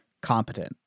competent